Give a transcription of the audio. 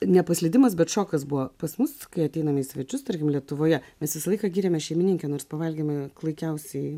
ne paslydimas bet šokas buvo pas mus kai ateiname į svečius tarkim lietuvoje mes visą laiką giriame šeimininkę nors pavalgymai klaikiausiai